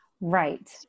Right